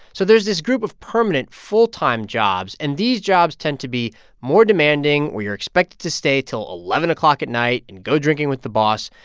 so there's this group of permanent full-time jobs. and these jobs tend to be more demanding, where you're expected to stay till eleven o'clock at night and go drinking with the boss.